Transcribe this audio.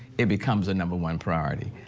it becomes a number one priority.